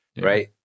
right